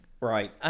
Right